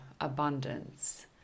abundance